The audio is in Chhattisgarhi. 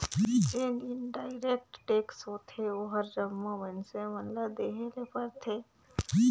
जेन इनडायरेक्ट टेक्स होथे ओहर जम्मो मइनसे मन ल देहे ले परथे